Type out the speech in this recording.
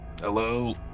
Hello